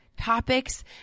topics